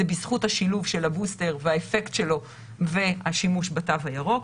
זה בזכות השילוב של הבוסטר והאפקט שלו והשימוש בתו הירוק.